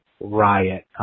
riot